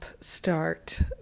start